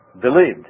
believed